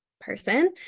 person